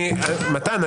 מתן,